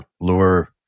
Lure